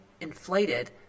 inflated